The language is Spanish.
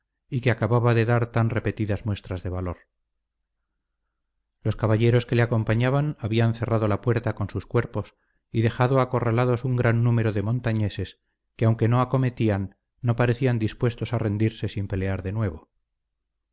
y que acababa de dar tan repetidas muestras de valor los caballeros que le acompañaban habían cerrado la puerta con sus cuerpos y dejado acorralados un gran número de montañeses que aunque no acometían no parecían dispuestos a rendirse sin pelear de nuevo